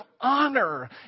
honor